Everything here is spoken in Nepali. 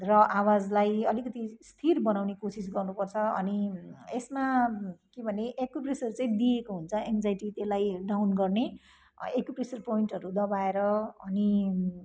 र आवाजलाई अलिकति स्थिर बनाउने कोसिस गर्नुपर्छ अनि यसमा के भने एकुप्रेसर चाहिँ दिएको हुन्छ एङ्जाइटी त्यसलाई डाउन गर्ने एकुप्रेसर पोइन्टहरू दबाएर अनि